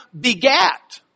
begat